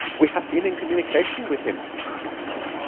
we have been in communication with him, she whispered.